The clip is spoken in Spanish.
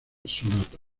sonata